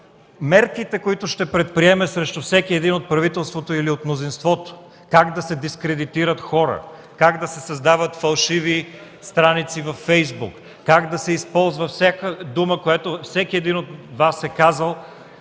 мерките, които ще предприеме срещу всеки един от правителството или от мнозинството, как да се дискредитират хора, как да се създават фалшиви страници във фейсбук, как да се използва всяка дума, която всеки един от Вас е казал,